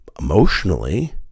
emotionally